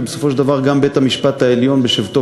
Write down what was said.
ובסופו של דבר גם בית-המשפט העליון בשבתו